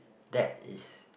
that is